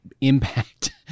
impact